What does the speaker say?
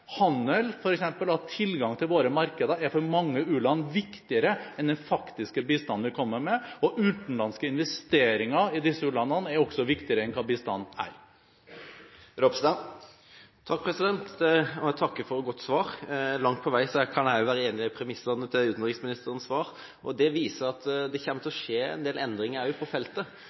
Handel, f.eks. tilgang til våre markeder, er for mange u-land viktigere enn den faktiske bistanden vi kommer med. Utenlandske investeringer i disse u-landene er også viktigere enn bistanden. Jeg takker for et godt svar. Langt på vei kan jeg også være enig i premissene til utenriksministerens svar. Det viser også at det kommer til å skje en del endringer på feltet.